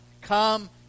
come